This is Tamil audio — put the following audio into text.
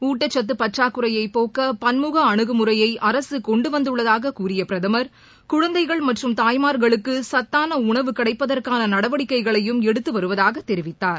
ஊட்டச்சத்துபற்றாக்குறையைபோக்கபன்முகஅனுகுமுறையைஅரசுகொண்டுவந்தள்ளதாககூறியபிரதமர் குழந்தைகள் மற்றும் தாய்மார்களுக்குசத்தானஉணவு கிடைப்பதற்கானநடவடிக்கைகளையும் எடுத்துவருவதாகதெரிவித்தார்